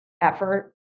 effort